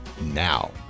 now